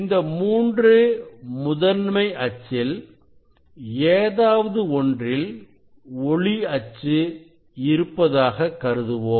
இந்த மூன்று முதன்மை அச்சில் ஏதாவது ஒன்றில் ஒளி அச்சு இருப்பதாக கருதுவோம்